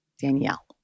Danielle